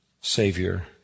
Savior